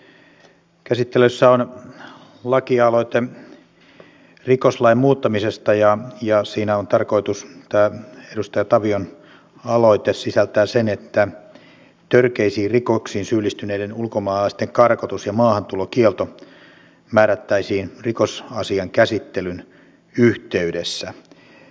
käsittelyssä on lakialoite rikoslain muuttamisesta ja siinä on tarkoitus tämä edustaja tavion aloite sisältää sen että törkeisiin rikoksiin syyllistyneiden ulkomaalaisten karkotus ja maahantulokielto määrättäisiin rikosasian käsittelyn yhteydessä